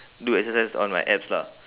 do exercise on my abs lah